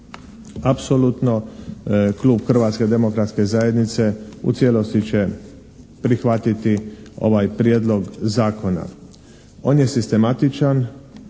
apsolutno Klub Hrvatske demokratske zajednice u cijelosti će prihvatiti ovaj Prijedlog zakona. On je sistematičan,